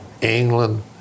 england